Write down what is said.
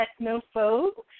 technophobe